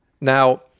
Now